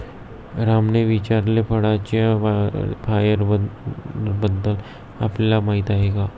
रामने विचारले, फळांच्या फायबरबद्दल आपल्याला काय माहिती आहे?